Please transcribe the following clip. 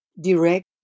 direct